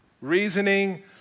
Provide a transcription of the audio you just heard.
Reasoning